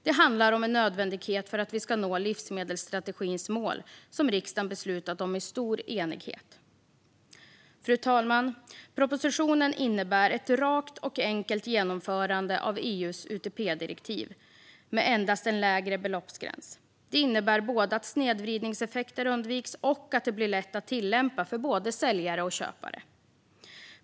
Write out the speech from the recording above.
Det är en nödvändighet för att vi ska nå livsmedelsstrategins mål, som riksdagen har beslutat om i stor enighet. Fru talman! Propositionen innebär ett rakt och enkelt genomförande av EU:s UTP-direktiv med endast en lägre beloppsgräns. Det innebär både att snedvridningseffekter undviks och att detta blir lätt att tillämpa för både säljare och köpare.